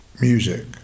music